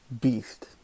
beast